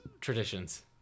traditions